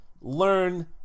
learn